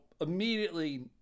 immediately